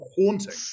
haunting